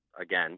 again